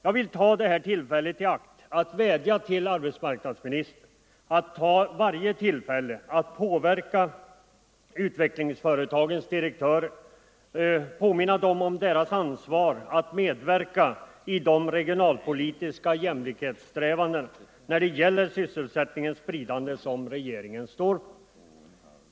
Jag vill ta det här tillfället i akt att vädja till arbetsmarknadsministern att ta vara på varje möjlighet att påminna utvecklingsföretagens direktörer om deras ansvar att medverka i de regionalpolitiska jämlikhetssträvanden, när det gäller sysselsättningens spridande, som regeringen står för.